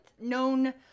known